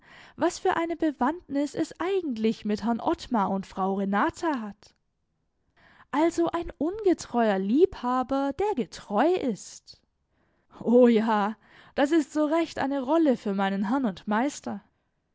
was für eine bewandtnis es eigentlich mit herrn ottmar und frau renata hat also ein ungetreuer liebhaber der getreu ist o ja das ist so recht eine rolle für meinen herrn und meister